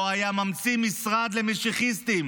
לא היה ממציא משרד למשיחיסטים